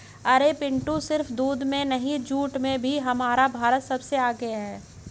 अरे पिंटू सिर्फ दूध में नहीं जूट में भी हमारा भारत सबसे आगे हैं